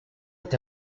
est